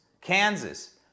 Kansas